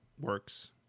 works